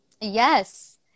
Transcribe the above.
Yes